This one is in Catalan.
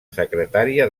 secretària